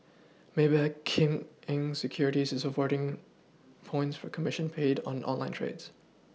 Maybank Kim Eng Securities is awarding points for commission paid on online trades